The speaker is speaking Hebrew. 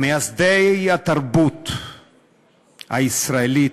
מייסדי התרבות הישראלית,